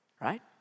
right